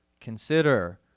consider